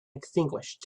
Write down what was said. extinguished